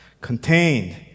contained